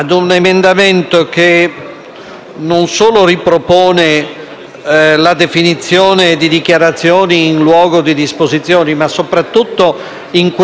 la definizione di dichiarazione in luogo di disposizione, ma soprattutto, nel caso delicatissimo dei minori e dei disabili,